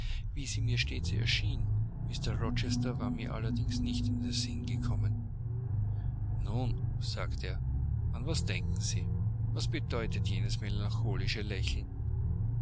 wie sie mir stets erschien mr rochester war mir allerdings nicht in den sinn gekommen nun sagte er an was denken sie was bedeutet jenes melancholische lächeln